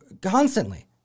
constantly